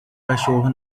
cachorro